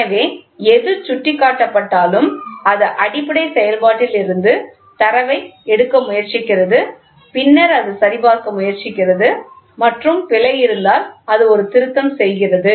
எனவே எது சுட்டிக்காட்டப்பட்டாலும் அது அடிப்படை செயல்பாட்டில் இருந்து தரவை எடுக்க முயற்சிக்கிறது பின்னர் அது சரிபார்க்க முயற்சிக்கிறது மற்றும் பிழை இருந்தால் அது ஒரு திருத்தம் செய்கிறது